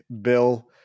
Bill